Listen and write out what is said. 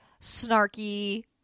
snarky